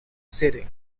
city